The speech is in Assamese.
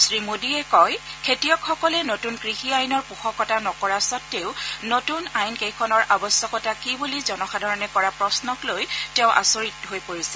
শ্ৰীমোদীয়ে কয় যে খেতিয়কসকলে নতুন কৃষি আইনৰ পোষকতা নকৰা সতেও নতুন আইন কেইখনৰ আৱশ্যকতা কি বুলি জনসাধাৰণে কৰা প্ৰশ্নক লৈ তেওঁ আচৰিত হৈ পৰিছে